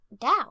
down